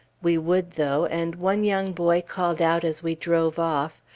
we would, though, and one young boy called out as we drove off,